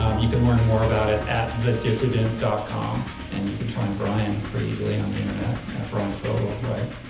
um you can learn more about it at thedissident dot com and you can find bryan pretty easily on the internet at bryan fogel, right?